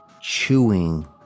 chewing